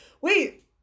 wait